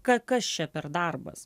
ka kas čia per darbas